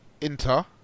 Inter